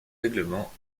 règlements